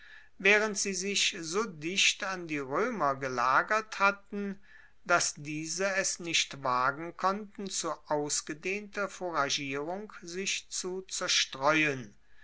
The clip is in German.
waehrend sie sich so dicht an die roemer gelagert hatten dass diese es nicht wagen konnten zu ausgedehnter fouragierung sich zu zerstreuen